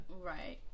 Right